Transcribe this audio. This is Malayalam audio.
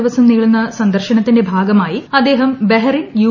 ദിവസം നീളുന്ന സന്ദർശനത്തിന്റെ ഭാഗമായി അദ്ദേഹം ബഹറിൻ യു